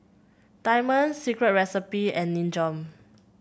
Diamond Secret Recipe and Nin Jiom